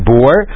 Boar